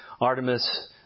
Artemis